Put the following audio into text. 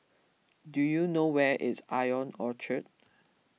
do you know where is I O N Orchard